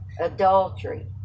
Adultery